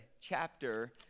chapter